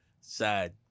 Sad